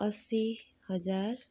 असी हजार